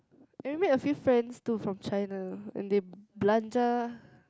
I met a few friends too from China and they belanja